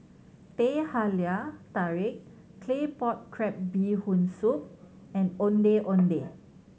Teh Halia Tarik Claypot Crab Bee Hoon Soup and Ondeh Ondeh